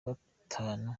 gatanu